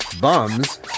bums